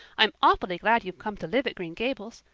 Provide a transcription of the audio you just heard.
i'm awfully glad you've come to live at green gables.